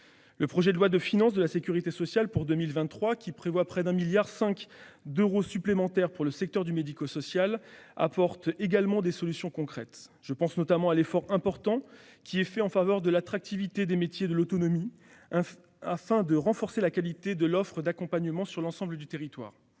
Le projet de loi de financement de la sécurité sociale pour 2023, qui prévoit près de 1,5 milliard d'euros supplémentaires pour le secteur médico-social, apporte également des solutions concrètes. Je pense notamment à l'effort important en faveur de l'attractivité des métiers de l'autonomie afin de renforcer la qualité et l'offre d'accompagnement sur l'ensemble du territoire.